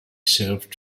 served